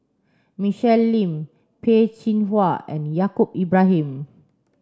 Michelle Lim Peh Chin Hua and Yaacob Ibrahim